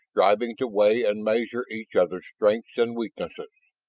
striving to weigh and measure each other's strengths and weaknesses.